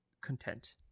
content